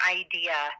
idea